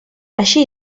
així